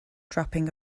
dropping